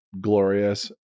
glorious